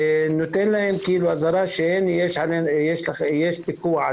נותן להם אזהרה שיש עליהם פיקוח,